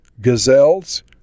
gazelles